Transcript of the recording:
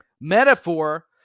Metaphor